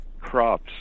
crops